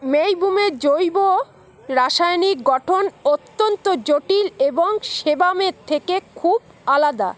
মেইবুমের জৈব রাসায়নিক গঠন অত্যন্ত জটিল এবং সেবামের থেকে খুব আলাদা